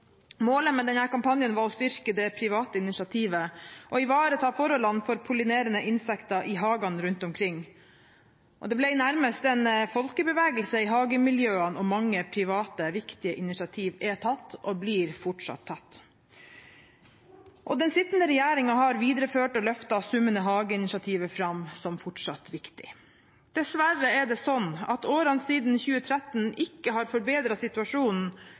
Målet med denne kampanjen var å styrke det private initiativet og ivareta forholdene for pollinerende insekter i hagene rundt omkring. Det ble nærmest en folkebevegelse i hagemiljøene. Mange private, viktige initiativ er tatt – og blir fortsatt tatt. Den sittende regjeringen har videreført og løftet «Summende hager»-initiativet fram som fortsatt viktig. Dessverre er det sånn at årene siden 2013 ikke har forbedret situasjonen